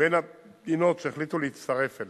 בין המדינות שהחליטו להצטרף אליה.